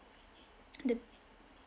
the